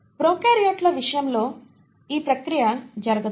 ప్రొకార్యోట్ల విషయంలోఈ ప్రక్రియ జరగదు